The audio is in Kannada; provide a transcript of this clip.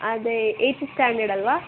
ಅದೇ ಏಯ್ತ್ ಸ್ಟ್ಯಾಂಡರ್ಡ್ ಅಲ್ವಾ